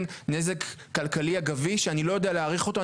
נזק כלכלי אגבי שאני לא יודע להעריך אותו.